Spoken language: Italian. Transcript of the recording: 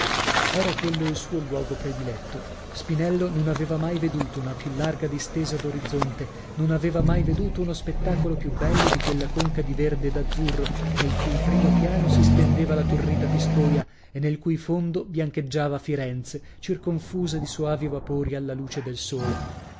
era quello il suo luogo prediletto spinello non aveva mai veduto una più larga distesa d'orizzonte non aveva mai veduto uno spettacolo più bello di quella conca di verde e d'azzurro nel cui primo piano si stendeva la turrita pistoia e nel cui fondo biancheggiava firenze circonfusa di soavi vapori alla luce del sole